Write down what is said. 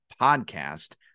podcast